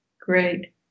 Great